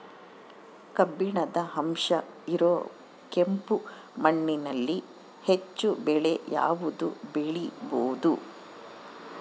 ಕಬ್ಬಿಣದ ಅಂಶ ಇರೋ ಕೆಂಪು ಮಣ್ಣಿನಲ್ಲಿ ಹೆಚ್ಚು ಬೆಳೆ ಯಾವುದು ಬೆಳಿಬೋದು?